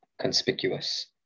conspicuous